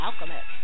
Alchemist